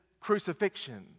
crucifixion